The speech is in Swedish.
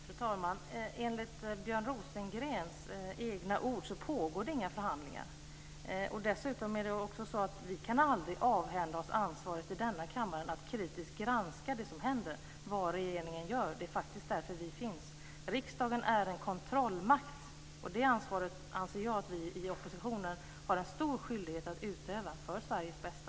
Fru talman! Enligt Björn Rosengrens egna ord pågår det inga förhandlingar. Vi kan aldrig i denna kammare avhända oss ansvaret att kritiskt granska det som händer och vad regeringen gör. Det är faktiskt därför vi finns. Riksdagen är en kontrollmakt, och det ansvaret anser jag att vi i oppositionen har en stor skyldighet att utöva för Sveriges bästa.